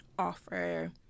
offer